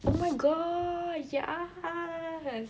oh my god yes